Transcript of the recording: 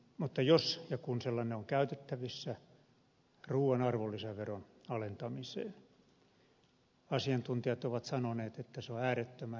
mutta jos ja kun sellainen raha on käytettävissä ruuan arvonlisäveron alentamiseen niin asiantuntijat ovat sanoneet että se on äärettömän heikosti elvyttävä